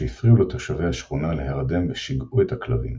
שהפריעו לתושבי השכונה להרדם ושגעו את הכלבים.